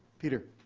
peter.